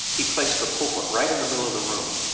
he placed the pulpit right in the middle of the room.